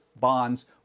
bonds